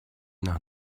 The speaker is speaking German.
nach